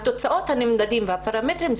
והתוצאות הנמדדות והפרמטרים,